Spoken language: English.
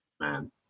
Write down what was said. man